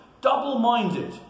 double-minded